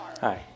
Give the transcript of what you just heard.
hi